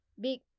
big